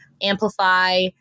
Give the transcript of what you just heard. amplify